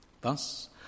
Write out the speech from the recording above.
thus